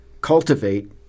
cultivate